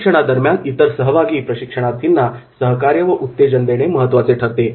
प्रशिक्षणादरम्यान इतर सहभागी प्रशिक्षणार्थींना सहकार्य व उत्तेजन देणे महत्त्वाचे ठरते